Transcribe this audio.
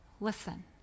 Listen